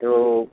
तो